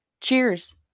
Cheers